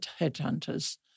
Headhunters